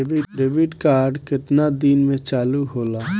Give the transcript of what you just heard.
Debit card केतना दिन में चालु होला?